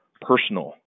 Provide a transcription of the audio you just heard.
personal